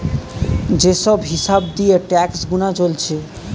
যে সব হিসাব দিয়ে ট্যাক্স গুনা চলছে